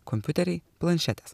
kompiuteriai planšetės